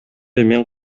мен